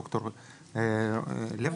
ד"ר לב,